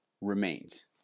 remains